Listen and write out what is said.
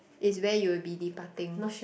is where you'll be departing